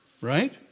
right